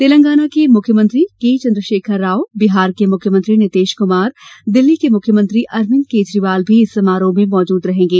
तेलंगाना के मुख्यमंत्री के चंद्रशेखर राव बिहार के मुख्यमंत्री नीतीश कुमार दिल्ली के मुख्यमंत्री अरविंद केजरीवाल भी इस समारोह में मौजूद रहेंगे